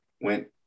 went